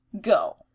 Go